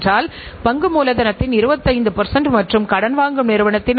அதாவது நிர்வாககணக்கியல் என்பது நிதி கணக்கியல் மற்றும் செலவு கணக்கில் சார்ந்ததாக இருக்கிறது